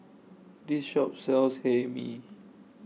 This Shop sells Hae Mee